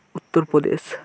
Uttar Pradesh